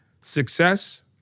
success